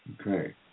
Okay